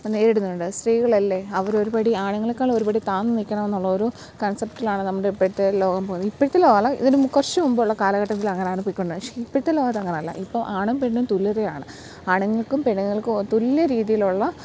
ഇപ്പം നേരിടുന്നുണ്ട് സ്ത്രീകളല്ലെ അവർ ഒരുപടി ആണുങ്ങളേക്കാൾ ഒരുപടി താഴ്ന്ന് നിൽക്കണം എന്നുള്ള ഒരു കൺസെപ്റ്റിലാണ് നമ്മുടെ ഇപ്പോഴത്തെ ലോകം പോകുന്നത് ഇപ്പോഴത്തെ ലോകമല്ല ഇതിനും കുറച്ച് മുമ്പുള്ള കാലഘട്ടത്തിൽ അങ്ങനെയാണ് പോയിക്കൊണ്ടിരുന്നത് പക്ഷെ ഇപ്പൊഴത്തെ ലോകത്തങ്ങനെയല്ല ഇപ്പോൾ ആണും പെണ്ണും തുല്യതയാണ് ആണുങ്ങൾക്കും പെണ്ണുങ്ങൾക്കും തുല്യ രീതിയിലുള്ള